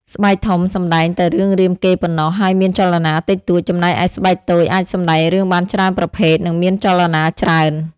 ស្បែកធំសម្ដែងតែរឿងរាមកេរ្តិ៍ប៉ុណ្ណោះ ហើយមានចលនាតិចតួច ចំណែកឯស្បែកតូចអាចសម្ដែងរឿងបានច្រើនប្រភេទ និងមានចលនាច្រើន។